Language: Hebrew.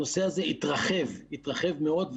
הנושא הזה התרחב מאוד,